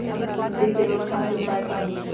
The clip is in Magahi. सूंडी के रोक थाम के उपाय का होई?